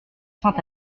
saint